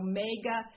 Omega